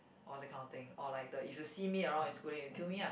all that kind of thing or like the if you see me around in school then you kill me lah